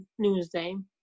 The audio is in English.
newsday